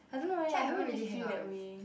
I don't know leh I don't know if they feel that way